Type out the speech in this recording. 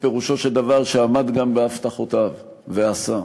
ופירושו של דבר שעמד גם בהבטחותיו, ועשה.